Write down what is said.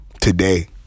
Today